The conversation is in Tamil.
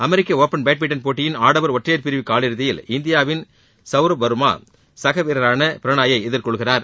அமெரிக்க ஓபன் பேட்மின்டன் போட்டியின் ஆடவர் ஒற்றையர் பிரிவு காலிறதியில் இந்தியாவின் சவ்ரவ் வர்மா சக வீரரான பிரணாயை எதிர்கொள்கிறார்